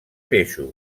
peixos